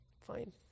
fine